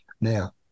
Now